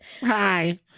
Hi